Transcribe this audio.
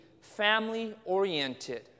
family-oriented